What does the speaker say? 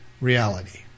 reality